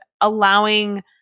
allowing